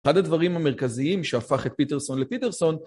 אחד הדברים המרכזיים שהפך את פיטרסון לפיטרסון